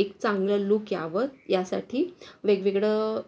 एक चांगलं लुक यावं यासाठी वेगवेगळं